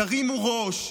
תרימו ראש,